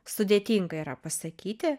sudėtinga yra pasakyti